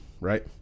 right